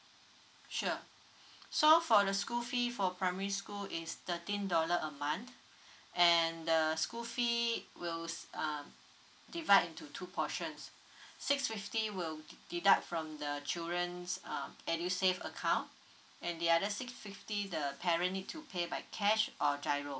sure so for the school fee for primary school is thirteen dollar a month and the school fee will uh divide into two portions six fifty will deduct from the children's uh edusave account and the other six fifty the parent need to pay by cash or giro